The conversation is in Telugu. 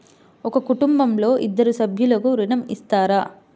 ఒక కుటుంబంలో ఇద్దరు సభ్యులకు ఋణం ఇస్తారా?